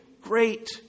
great